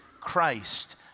Christ